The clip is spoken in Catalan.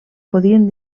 podien